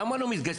למה לא מתגייסים?